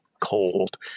cold